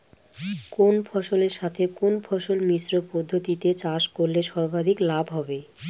কোন ফসলের সাথে কোন ফসল মিশ্র পদ্ধতিতে চাষ করলে সর্বাধিক লাভ হবে?